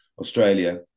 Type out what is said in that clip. australia